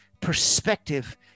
perspective